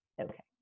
okay